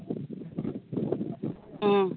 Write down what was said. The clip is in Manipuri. ꯎꯝ